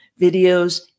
videos